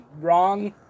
wrong